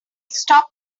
stop